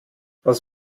was